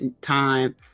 time